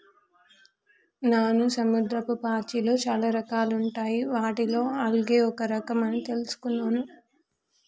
నాను సముద్రపు పాచిలో చాలా రకాలుంటాయి వాటిలో ఆల్గే ఒక రఖం అని తెలుసుకున్నాను